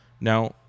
now